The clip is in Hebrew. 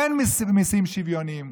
אין מיסים שוויוניים.